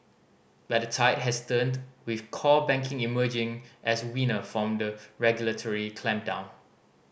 but the tide has turned with core banking emerging as winner from the regulatory clampdown